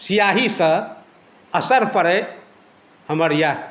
स्याहीसँ असर पड़ै हमर इएह